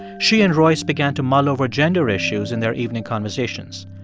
she and royce began to mull over gender issues in their evening conversations.